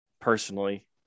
personally